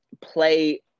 play